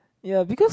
ya because